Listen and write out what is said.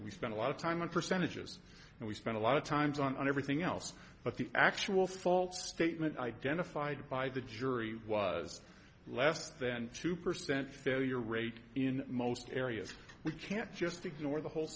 we spent a lot of time on percentages and we spent a lot of times on everything else but the actual false statement identified by the jury was less than two percent failure rate in most areas we can't just ignore the whole